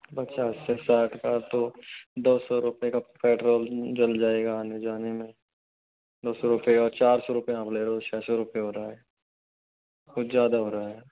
अच्छा अच्छा साठ का तो दो सौ रुपये का पेट्रोल जल जाएगा आने जाने में दो सौ रूपए का चार सौ रुपया आप ले रहे हो छ सौ रुपये हो रहा है कुछ ज़्यादा हो रहा है